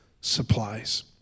supplies